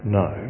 no